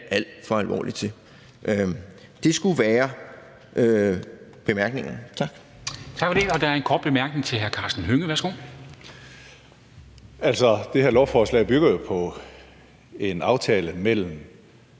alt for alvorlig til. Det skulle være bemærkningerne.